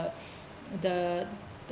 the